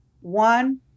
One